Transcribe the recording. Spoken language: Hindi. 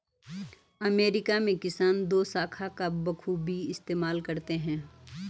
अमेरिका में किसान दोशाखा का बखूबी इस्तेमाल करते हैं